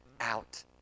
out